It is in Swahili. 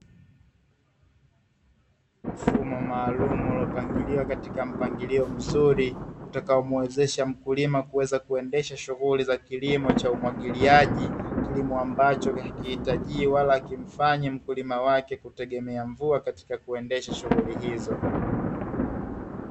Mfumo maalumu uliopangiliwa katika mpangilio mzuri, utakaomuwezesha mkulima kuweza kuendesha shughuli za kilimo cha umwagiliaji kilimo ambacho hakihitaji wala hakimfanyi mkulima wake kuendesha kilimo chake.